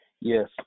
Yes